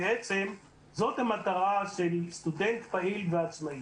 בעצם זאת המטרה של סטודנט פעיל ועצמאי.